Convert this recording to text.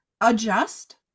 adjust